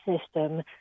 system